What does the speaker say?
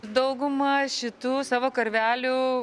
dauguma šitų savo karvelių